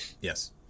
Yes